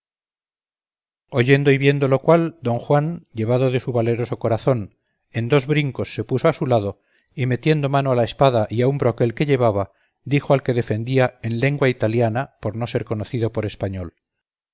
oyendo y viendo lo cual don juan llevado de su valeroso corazón en dos brincos se puso al lado y metiendo mano a la espada y a un broquel que llevaba dijo al que defendía en lengua italiana por no ser conocido por español